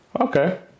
okay